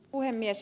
puhemies